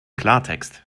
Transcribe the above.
klartext